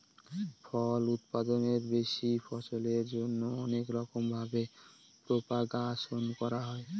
ফল উৎপাদনের বেশি ফলনের জন্যে অনেক রকম ভাবে প্রপাগাশন করা হয়